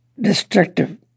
destructive